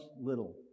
little